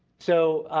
so,